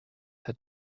had